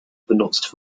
benutzt